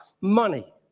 money